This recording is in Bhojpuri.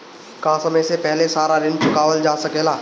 का समय से पहले सारा ऋण चुकावल जा सकेला?